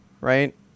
right